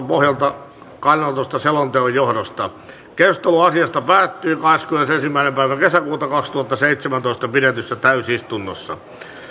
pohjalta kannanotosta selonteon johdosta keskustelu asiasta päättyi kahdeskymmenesensimmäinen kuudetta kaksituhattaseitsemäntoista pidetyssä täysistunnossa